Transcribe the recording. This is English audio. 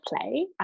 play